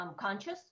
conscious